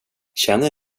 känner